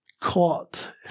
caught